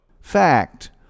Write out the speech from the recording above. Fact